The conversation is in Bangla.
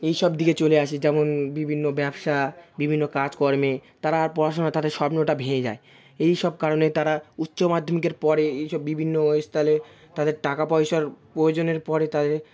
এই সব দিকে চলে আসে যেমন বিভিন্ন ব্যবসা বিভিন্ন কাজকর্মে তারা আর পড়াশোনা তাদের স্বপ্নটা ভেঙে যায় এই সব কারণে তারা উচ্চ মাধ্যমিকের পরে এই সব বিভিন্ন স্থলে তাদের টাকা পয়সার প্রয়োজনের পড়ে তাদের